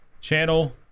channel